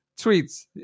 tweets